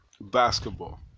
basketball